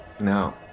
No